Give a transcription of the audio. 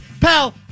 Pal